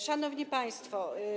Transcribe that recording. Szanowni Państwo!